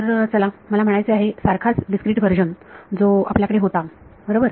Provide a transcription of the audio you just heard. तर चला मला म्हणायचे आहे सारखाच डीस्क्रिट व्हर्जन जो आपल्याकडे होता बरोबर